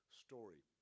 story